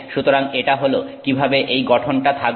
সুতরাং এটা হল কীভাবে এই গঠনটা থাকবে